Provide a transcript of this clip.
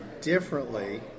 differently